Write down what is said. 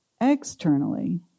externally